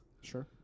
Sure